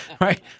Right